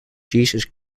jesus